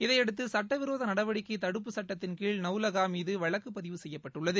இதையடுத்து சட்டவிரோத நடவடிக்கை தடுப்பு சுட்டத்தின் கீழ் நவுலக்கா மீது வழக்கு பதிவு செய்யப்பட்டுள்ளது